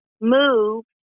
move